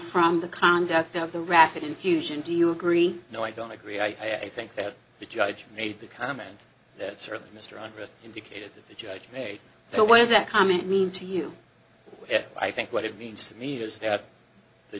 from the conduct of the rapid infusion do you agree no i don't agree i think that the judge made the comment that certainly mr o'mara indicated that the judge may so why is that comment mean to you i think what it means to me is that the